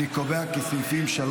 אני קובע כי סעיפים 3